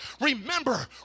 Remember